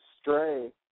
stray